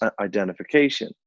identification